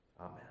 Amen